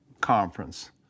Conference